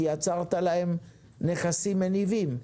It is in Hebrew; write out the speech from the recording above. כי יצרת להן נכסים מניבים.